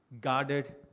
guarded